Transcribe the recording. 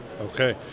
Okay